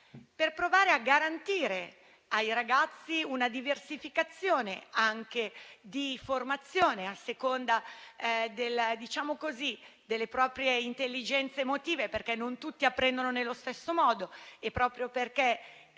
per provare a garantire ai ragazzi una diversificazione anche di formazione a seconda delle proprie intelligenze emotive. Non tutti apprendono nello stesso modo e, proprio perché